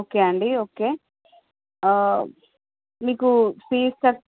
okay అండి okay మీకు fee చర్